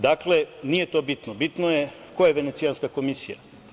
Dakle, nije to bitno, bitno je ko je Venecijanske komisija.